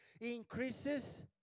increases